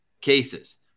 cases